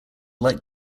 light